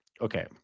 Okay